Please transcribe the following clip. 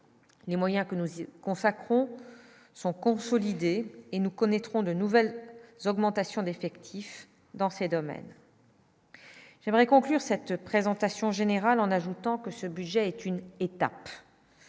les moyens que nous y consacrons sont consolidés et nous connaîtrons de nouvelles augmentations d'effectifs dans ces domaines. J'aimerais conclure cette présentation générale, en ajoutant que ce budget est une étape.